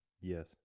Yes